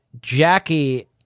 Jackie